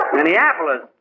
Minneapolis